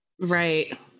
right